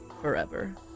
forever